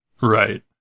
Right